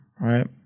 right